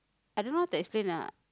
I don't know how to explain ah